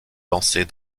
lancer